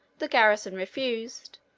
the garrison refused,